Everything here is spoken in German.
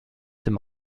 dem